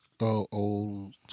Old